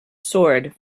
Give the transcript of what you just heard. sword